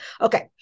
Okay